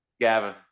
Gavin